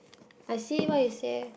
I see what you say